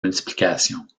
multiplication